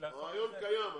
הרעיון קיים.